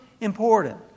important